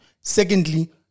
Secondly